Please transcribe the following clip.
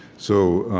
so